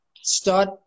start